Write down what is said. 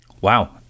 Wow